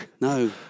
No